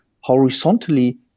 horizontally